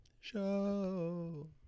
Show